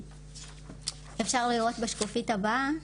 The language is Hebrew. אפשר לראות בשקופית הבאה